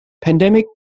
pandemic